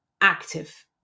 active